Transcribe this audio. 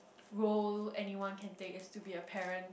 role anyone can take is to be a parent